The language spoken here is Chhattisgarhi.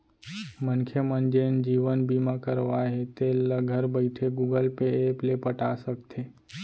मनखे मन जेन जीवन बीमा करवाए हें तेल ल घर बइठे गुगल पे ऐप ले पटा सकथे